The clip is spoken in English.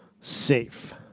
safe